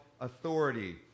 authority